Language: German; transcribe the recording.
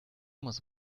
muss